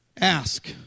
Ask